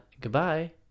goodbye